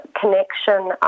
connection